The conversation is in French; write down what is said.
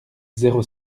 zéro